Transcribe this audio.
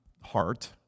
Heart